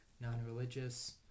non-religious